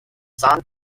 san